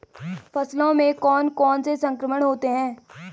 फसलों में कौन कौन से संक्रमण होते हैं?